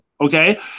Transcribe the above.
Okay